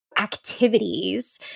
activities